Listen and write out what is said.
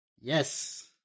Yes